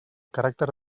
caràcter